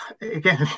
again